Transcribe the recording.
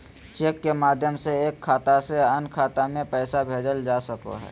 cheque के माध्यम से एक खाता से अन्य खाता में पैसा भेजल जा सको हय